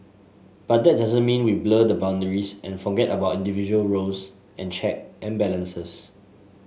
but that doesn't mean we blur the boundaries and forget about individual roles and check and balances